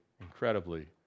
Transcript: incredibly